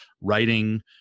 writing